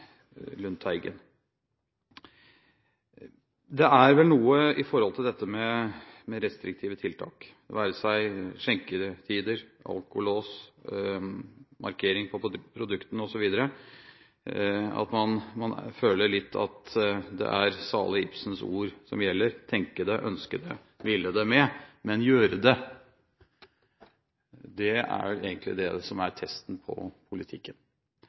dette med restriktive tiltak, det være seg skjenketider, alkolås, merking av produkter osv., føler man litt at det er salig Ibsens ord som gjelder: tenke det, ønske det og ville det med – men å gjøre det, er vel egentlig testen for politikken. Jeg vil bare si at det